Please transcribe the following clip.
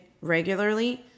regularly